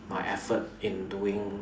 my effort in doing